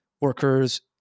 Workers